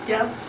Yes